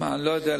אני לא יודע,